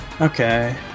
Okay